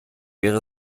wäre